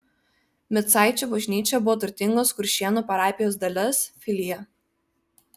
micaičių bažnyčia buvo turtingos kuršėnų parapijos dalis filija